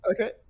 Okay